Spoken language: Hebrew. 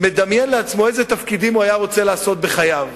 מדמיין לעצמו אילו תפקידים הוא היה רוצה לעשות בחייו,